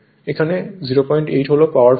এখানে 08 হল power factor